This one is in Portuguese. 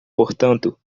portanto